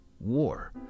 war